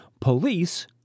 police